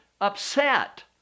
upset